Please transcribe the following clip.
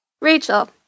Rachel